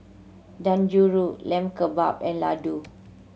Dangojiru Lamb Kebab and Ladoo